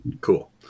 cool